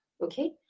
okay